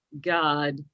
God